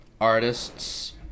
artists